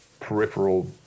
peripheral